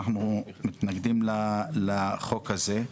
אנחנו מתנגדים לחוק הזה.